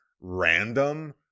random